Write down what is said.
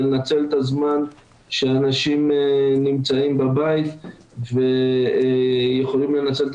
לנצל את הזמן שאנשים נמצאים בבית ויכולים לנצל את